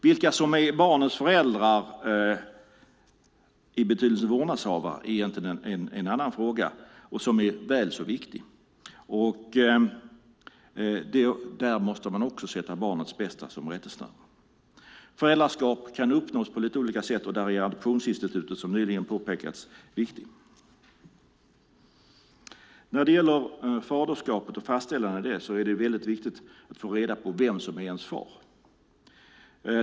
Vilka som är barnets föräldrar i betydelsen vårdnadshavare är egentligen en annan fråga som är väl så viktig. Där måste man också ha barnets bästa som rättesnöre. Föräldraskap kan uppnås på lite olika sätt, och där är adoptionsinstitutet, som nyligen påpekats, viktigt. Det är väldigt viktigt att få reda på vem som är ens far.